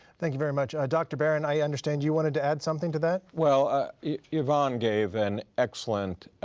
thank you very much. dr. barron, i understand you wanted to add something to that. well yvonne gave an excellent